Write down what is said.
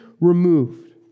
removed